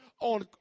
on